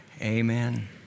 Amen